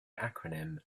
acronym